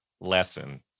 lesson